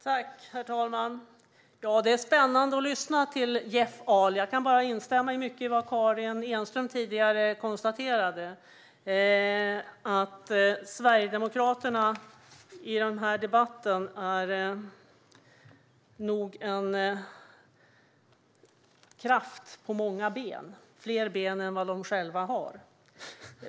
Herr talman! Det är spännande att lyssna till Jeff Ahl. Jag kan bara instämma i mycket av vad Karin Enström tidigare konstaterade: Sverigedemokraterna är i denna debatt nog en kraft på många ben - fler ben än vad de själva har.